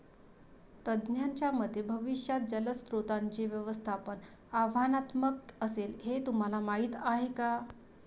तज्ज्ञांच्या मते भविष्यात जलस्रोतांचे व्यवस्थापन आव्हानात्मक असेल, हे तुम्हाला माहीत आहे का?